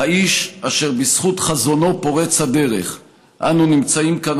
האיש אשר בזכות חזונו פורץ הדרך אנו נמצאים כאן